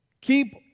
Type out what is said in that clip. Keep